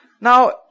Now